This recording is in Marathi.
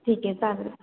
ठीक आहे चालेल